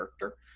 character